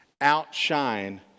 outshine